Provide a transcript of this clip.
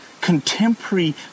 contemporary